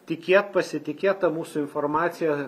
tikėt pasitikėt ta mūsų informacija